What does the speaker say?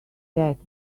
that